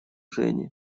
жени